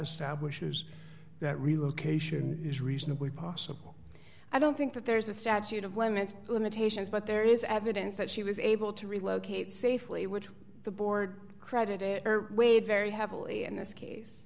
establishes that relocation is reasonably possible i don't think that there's a statute of limit limitations but there is evidence that she was able to relocate safely which the board credit weighed very heavily in this case